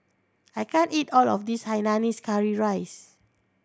I can't eat all of this hainanese curry rice